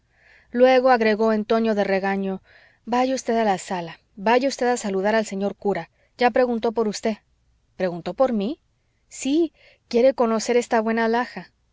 luego agregó en tono de regaño vaya usted a la sala vaya usted a saludar al señor cura ya preguntó por usted preguntó por mí sí quiere conocer esta buena alhaja